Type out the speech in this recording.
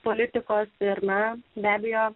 politikos ir ne nebijo